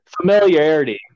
familiarity